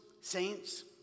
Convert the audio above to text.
saints